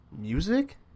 Music